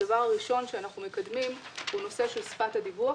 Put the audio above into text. הדבר הראשון שאנחנו מקדמים הוא נושא של שפת הדיווח.